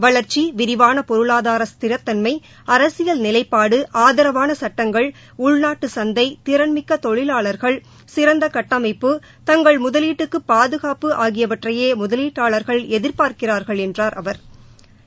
வளர்ச்சி விரிவான பொருளாதார ஸ்திரத்தன்ம அரசியல் நிலைப்பாடு ஆதரவான சட்டங்கள் உள்நாட்டு சந்தை திறன்மிக்க தொழிலாளர்கள் சிறந்த கட்டமைப்பு தங்கள் முதவீட்டுக்கு பாதுகாப்பு ஆகியவற்றையே முதலீட்டாளா்கள் எதிா்பாா்க்கிறாா்கள் என்றாா் அவா்